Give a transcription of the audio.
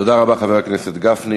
תודה רבה, חבר הכנסת גפני.